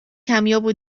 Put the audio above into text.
کمیاب